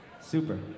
Super